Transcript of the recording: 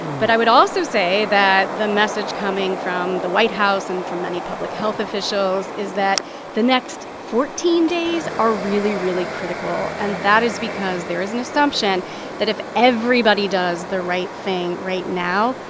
but i would also say that the message coming from the white house and from many public health officials is that the next fourteen days are really, really critical. and that is because there is an assumption that if everybody does the right thing right now,